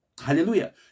Hallelujah